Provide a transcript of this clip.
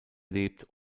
lebt